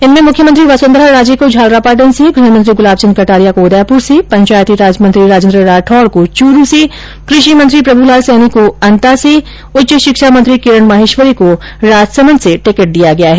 इनमें मुख्यमंत्री वसुंधरा राजे को झालरापाटन से गृह मंत्री गुलाब चंद कटारिया को उदयपुर से पंचायती राज मंत्री राजेन्द्र राठौड को चूरू से कृषि मंत्री प्रभुलाल सैनी को अंता से और उच्च शिक्षा मंत्री किरण माहेश्वरी को राजसमंद से टिकिट दिया गया है